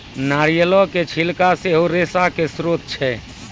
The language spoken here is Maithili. नारियलो के छिलका सेहो रेशा के स्त्रोत छै